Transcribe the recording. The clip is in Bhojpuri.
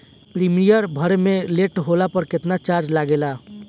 प्रीमियम भरे मे लेट होला पर केतना चार्ज लागेला?